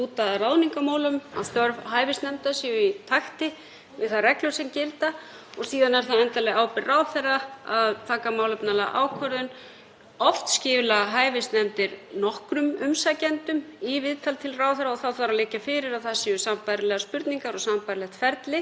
Oft skila hæfisnefndir nokkrum umsækjendum í viðtal til ráðherra og þá þarf að liggja fyrir að það séu sambærilegar spurningar og sambærilegt ferli en endanleg ábyrgð og ákvörðun er á hendi ráðherra í þessum málum. Þetta er alltaf farið yfir í upphafi hvers kjörtímabils og fyrir hvern þann ráðherra sem kemur nýr inn í ríkisstjórn.